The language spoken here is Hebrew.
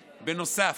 בנוסף,